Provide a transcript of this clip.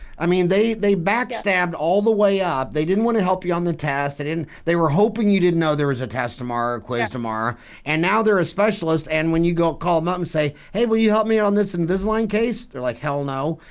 i mean they they backstabbed all the way up they didn't want to help you on the test, and they didn't they were hoping you didn't know there was a test tomorrow close tomorrow and now they're a specialist and when you go call them up and say hey will you help me on this invisalign case they're like hell no.